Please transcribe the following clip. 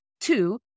Two